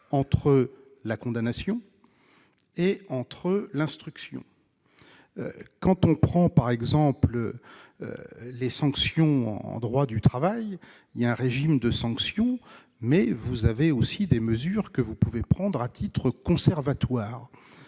entre la condamnation et entre l'instruction quand on prend par exemple les sanctions en droit du travail, il y a un régime de sanctions, mais vous avez aussi des mesures que vous pouvez prendre à titre conservatoire